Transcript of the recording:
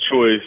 choice